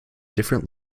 different